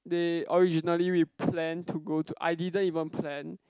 they originally we planned to go to I didn't even plan